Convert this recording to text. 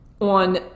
on